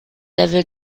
level